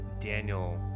Daniel